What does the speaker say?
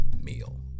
meal